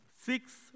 Six